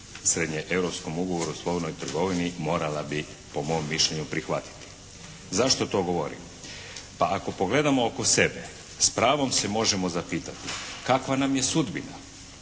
srednjeeuropskom Ugovoru o slobodnoj trgovini morala bi po mom mišljenju prihvatiti. Zašto to govorim? Pa ako pogledamo oko sebe s pravom se možemo zapitati kakva nam je sudbina.